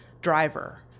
driver